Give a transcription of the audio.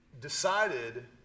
decided